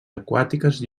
aquàtiques